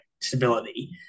stability